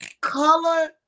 color